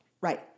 Right